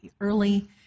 early